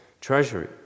treasury